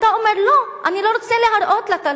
אתה אומר: לא, אני לא רוצה להראות לתלמידים.